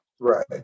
Right